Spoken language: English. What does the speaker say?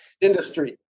Industry